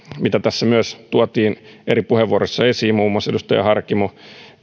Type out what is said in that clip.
mitä myös tuotiin eri puheenvuoroissa esiin muun muassa edustaja harkimo